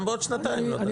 גם בעוד שנתיים לא תעשו.